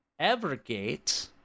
Evergate